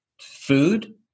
food